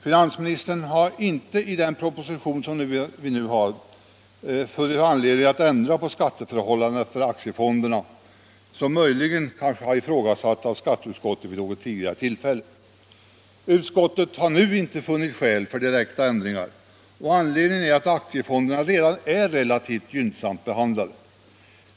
Finansministern har inte i den proposition vi nu har framför oss funnit någon anledning att ändra på skatteförhållandena för aktiefonderna, som möjligen ifrågasatts av skatteutskottet vid något tidigare tillfälle. Utskottet har nu inte funnit skäl för direkta ändringar, och anledningen är att aktiefonderna redan är relativt gynnsamt behandlade.